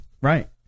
Right